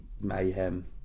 mayhem